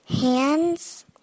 hands